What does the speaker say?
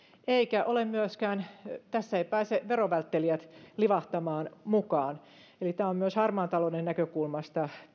eivätkä tässä pääse myöskään verovälttelijät livahtamaan mukaan eli tämä on myös harmaan talouden näkökulmasta